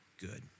good